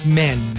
men